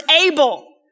able